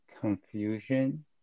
confusion